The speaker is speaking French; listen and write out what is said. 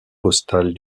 postales